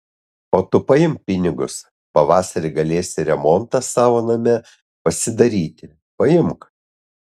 o tu paimk pinigus pavasarį galėsi remontą savo name pasidaryti paimk